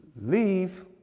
Leave